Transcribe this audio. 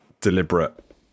deliberate